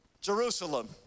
Jerusalem